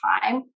time